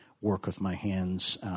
work-with-my-hands